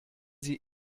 sie